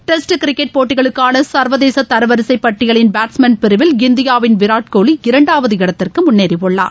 test cricket போட்டிகளுக்கான சா்வதேச தரவரிசை பட்டியலின் பேட்ஸ்மேன் பிரிவில் இந்தியாவின் விராட்கோலி இரண்டாவது இடத்திற்கு முன்னேறியுள்ளார்